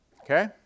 Okay